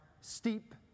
steep